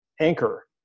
anchor